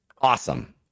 Awesome